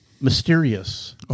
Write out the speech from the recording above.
mysterious